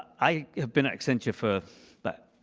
i have been at accenture for but